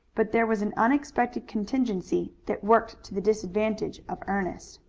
but there was an unexpected contingency that worked to the disadvantage of ernest.